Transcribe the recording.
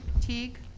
Teague